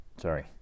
Sorry